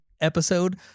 episode